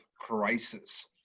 crisis